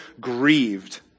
grieved